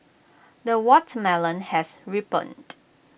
the watermelon has ripened